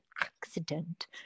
accident